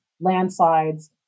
landslides